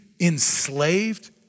enslaved